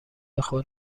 خود